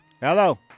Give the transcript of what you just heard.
Hello